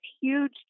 huge